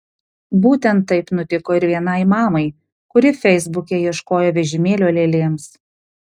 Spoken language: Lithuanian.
būtent taip nutiko ir vienai mamai kuri feisbuke ieškojo vežimėlio lėlėms